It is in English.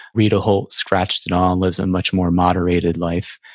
rita holt scratched it all and lives a much more moderated life.